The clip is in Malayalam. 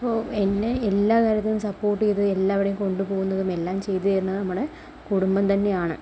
അപ്പോൾ എന്നെ എല്ലാ കാര്യത്തിനും സപ്പോർട്ട് ചെയ്ത് എല്ലാവിടേയും കൊണ്ടുപോകുന്നതും എല്ലാം ചെയ്തുതരുന്നതും നമ്മുടെ കുടുംബം തന്നെയാണ്